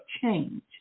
change